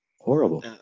Horrible